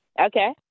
Okay